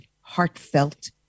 heartfelt